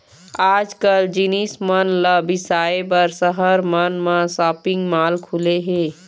आजकाल जिनिस मन ल बिसाए बर सहर मन म सॉपिंग माल खुले हे